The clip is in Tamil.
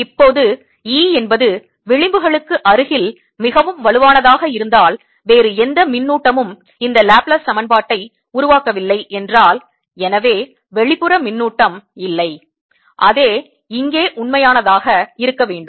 இப்போது E என்பது விளிம்புகளுக்கு அருகில் மிகவும் வலுவானதாக இருந்தால் வேறு எந்த மின்னூட்டமும் இந்த Laplace சமன்பாட்டை உருவாகவில்லை என்றால் எனவே வெளிப்புற மின்னூட்டம் இல்லை அதே இங்கே உண்மையாக இருக்க வேண்டும்